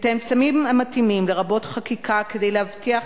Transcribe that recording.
את האמצעים המתאימים, לרבות חקיקה, כדי להבטיח